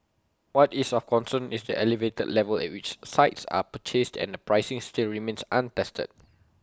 what is of concern is the elevated level at which sites are purchased and the pricing still remains untested